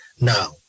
now